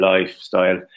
lifestyle